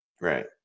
Right